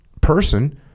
person